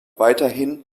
weiterhin